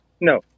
No